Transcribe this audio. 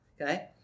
okay